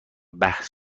بحث